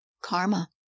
Karma